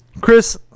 chris